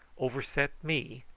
overset me,